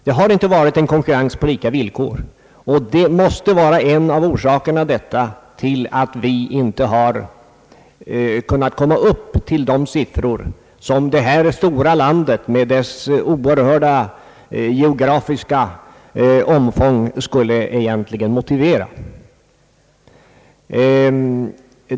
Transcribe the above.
Det har inte varit en konkurrens på lika villkor, och det måste vara en av orsakerna till att vi inte har kunnat komma upp till de siffror som det här stora landet med dess oerhörda geografiska omfång egentligen skulle motivera.